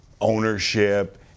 ownership